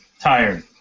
Tired